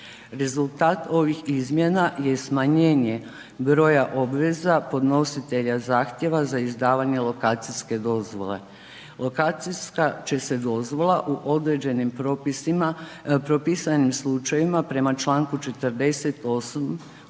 Rezultat ovih izmjena je smanjenje broja obveza podnositelja zahtjeva za izdavanje lokacijske dozvole. Lokacijska će se dozvola u određenim propisima, propisanim slučajevima prema čl. 48.